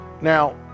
Now